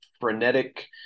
frenetic